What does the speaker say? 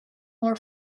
more